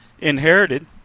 inherited